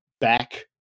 back